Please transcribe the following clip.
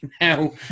now